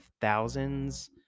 thousands